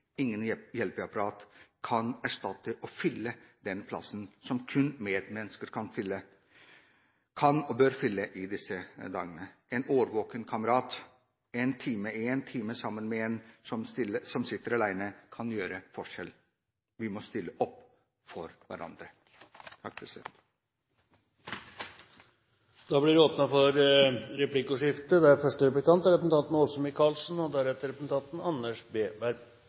hjelpeapparat kan erstatte og fylle den plassen som kun medmennesker kan og bør fylle i disse dagene. En årvåken kamerat, 1 time sammen med en som sitter alene, kan gjøre forskjell. Vi må stille opp for hverandre. Det blir replikkordskifte. Hvorfor i all verden vil ikke representanten Chaudhry støtte oss i at vi må ha flere klasser hos KRUS når vi ser det